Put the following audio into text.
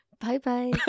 Bye-bye